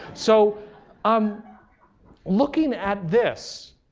so um looking at this,